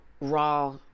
Raw